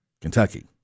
Kentucky